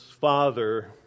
father